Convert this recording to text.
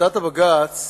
החלטת בג"ץ